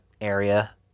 area